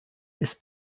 ist